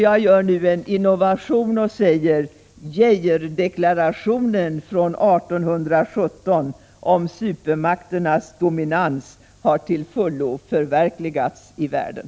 Jag gör nu en innovation och säger: Geijerdeklarationen från 1817 om supermakternas dominans har till fullo förverkligats i världen.